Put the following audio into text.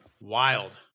Wild